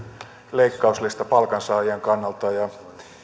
leikkauslista palkansaajien kannalta ja